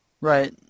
Right